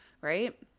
right